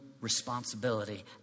responsibility